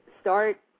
start